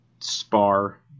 spar